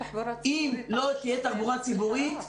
אם לא תהיה תחבורה ציבורית,